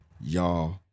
Y'all